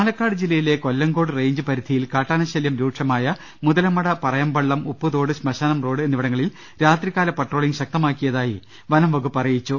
പാലക്കാട് ജില്ലയിലെ കൊല്ലങ്കോട് റെയ്ഞ്ച് പരിധിയിൽ കാട്ടാന ശല്ല്യം രൂക്ഷമായ മുതലമട പറയമ്പള്ളം ഉപ്പുതോട് ശ്മശാനം റോഡ് എന്നിവിടങ്ങളിൽ രാത്രിക്കാല പട്രോളിങ് ശക്തമാക്കിയതായി വനം വകുപ്പ് അധികൃതർ അറിയിച്ചു